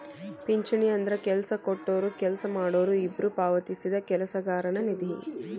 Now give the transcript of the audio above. ಪಿಂಚಣಿ ಅಂದ್ರ ಕೆಲ್ಸ ಕೊಟ್ಟೊರು ಕೆಲ್ಸ ಮಾಡೋರು ಇಬ್ಬ್ರು ಪಾವತಿಸಿದ ಕೆಲಸಗಾರನ ನಿಧಿ